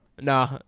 Nah